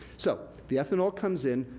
so, the ethanol comes in,